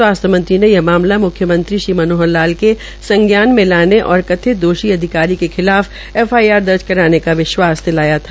स्वास्थ्य मंत्री ने यह मामला मुख्यमंत्री श्री मनोहर लाल के संज्ञान में लाने और कथित दोषी अधिकारी के खिलाफ एफआईआर दर्ज कराने का विश्वास दिलाया था